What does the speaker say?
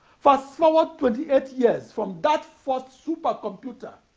fast forward twenty-eight years from that first supercomputer,